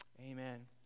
Amen